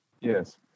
Yes